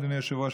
אדוני היושב-ראש,